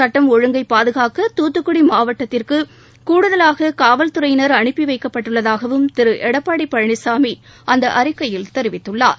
சட்டம் ஒழுங்கை பாதுகாக்க தூத்துக்குடி மாவட்டத்திற்கு கூடுதலாக காவல்துறையினர் அனுப்பி வைக்கப்பட்டுள்ளதாகவும் திரு எடப்பாடி பழனிசாமி அந்த அறிக்கையில் தெரிவித்துள்ளார்